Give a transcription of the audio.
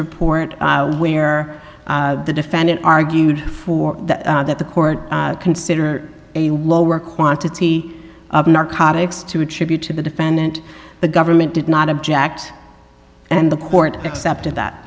report where the defendant argued for that that the court consider a lower quantity of narcotics to attribute to the defendant the government did not object and the court accepted that